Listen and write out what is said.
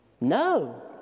No